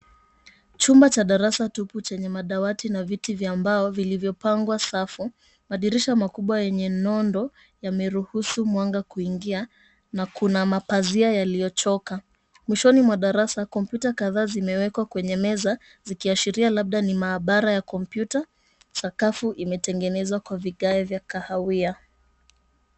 Chumba cha darasa tupu, chenye madawati na viti vya mbao vilivyopangwa safu. Madirisha makubwa yenye nondo yameruhusu mwanga kuingia na kuna mapazia yaliyochoka. Mwishoni mwa darasa kompyuta kadhaa zimewekwa kwenye meza, zikiashiria labda ni maabara ya kompyuta. Sakafu imetengenezwa kwa vigae vya kahawia.